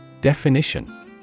Definition